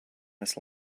must